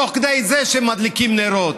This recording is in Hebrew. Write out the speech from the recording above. תוך כדי זה שהם מדליקים נרות.